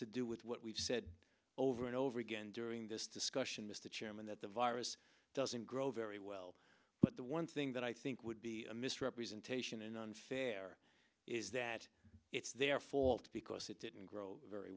to do with what we've said over and over again during this discussion mr chairman that the virus doesn't grow very well but the one thing that i think would be a misrepresentation and unfair is that it's their fault because it didn't grow very